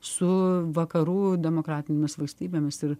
su vakarų demokratinėmis valstybėmis ir